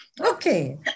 okay